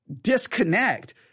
disconnect